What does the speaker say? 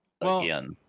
again